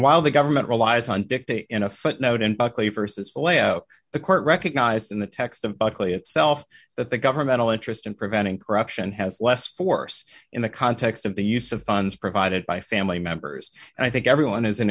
while the government relies on dictate in a footnote in buckley versus the court recognized in the text of buckley itself that the governmental interest in preventing corruption has less force in the context of the use of funds provided by family members and i think everyone